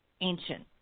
ancient